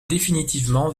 définitivement